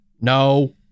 no